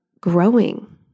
growing